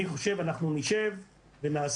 אני חושב שאנחנו נשב ונעשה.